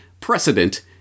Precedent